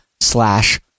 slash